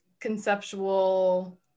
conceptual